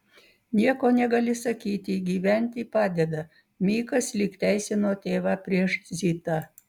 nieko negali sakyti gyventi padeda mikas lyg teisino tėvą prieš zitą